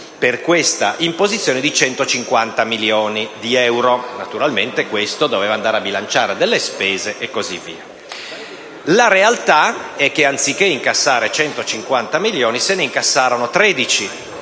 di questa imposizione, di 150 milioni di euro; naturalmente tutto ciò doveva andare a bilanciare delle spese e così via. La realtà è che, anziché incassare 150 milioni, se ne incassarono 13; il